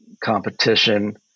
competition